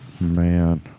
man